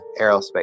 aerospace